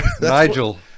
Nigel